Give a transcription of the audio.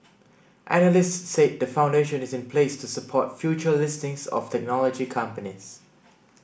analysts said the foundation is in place to support future listings of technology companies